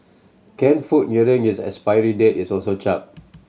canned food nearing is expiry date is also chucked